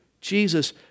Jesus